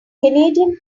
canadian